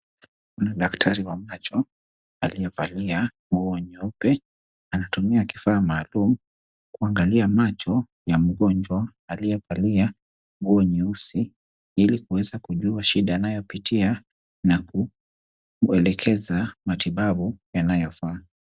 Kuna daktari wa macho aliyevalia nguo nyeupe. Anatumia kifaa maalum kuangalia macho ya mgonjwa, aliyevalia nguo nyeusi, ili kuweza kujua shida anayopitia na kumwelekeza matibabu yanayofaa.